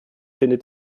findet